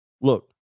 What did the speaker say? look